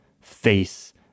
face